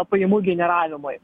pajamų generavimui